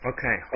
Okay